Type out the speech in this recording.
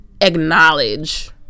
Acknowledge